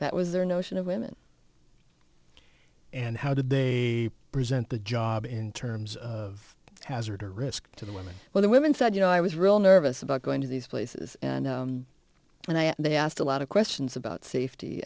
that was their notion of women and how did they present the job in terms of hazard or risk to the women when the women said you know i was real nervous about going to these places and when i they asked a lot of questions about safety